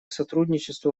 сотрудничеству